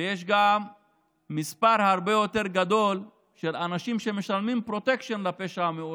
ויש גם מספר הרבה יותר גדול של אנשים שמשלמים פרוטקשן לפשע המאורגן,